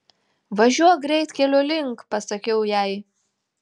važiuok greitkelio link pasakiau jai